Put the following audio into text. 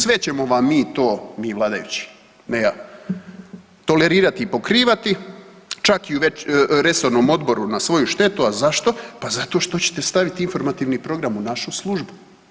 Sve ćemo vam mi to vladajući, ne ja, tolerirati i pokrivati, čak i u resornom odboru na svoju štetu a zašto, pa zato što ćete staviti informativni program u našu službu.